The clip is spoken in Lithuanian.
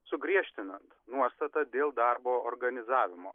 sugriežtinant nuostatą dėl darbo organizavimo